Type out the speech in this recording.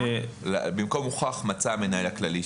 במקום "הוכח", מצא המנהל הכללי.